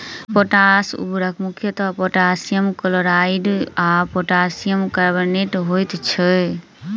potash उर्वरक मुख्यतः potassium chloride आ पोटासियम कार्बोनेट होइत छै